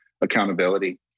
accountability